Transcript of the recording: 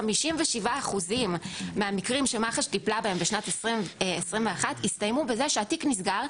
57% מהמקרים שמח"ש טיפלה בהם בשנת 2021 הסתיימו בזה שהתיק נסגר,